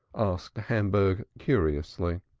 asked hamburg curiously.